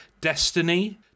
Destiny